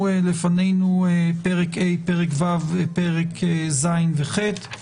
לפנינו פרק ה', פרק ו' ופרקים ז' ו-ח'.